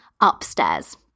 upstairs